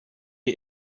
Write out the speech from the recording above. est